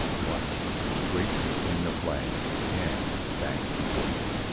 marched straight between the flags and back to quarters,